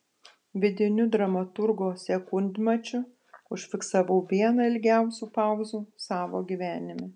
vidiniu dramaturgo sekundmačiu užfiksavau vieną ilgiausių pauzių savo gyvenime